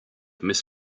miss